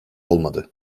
olmadı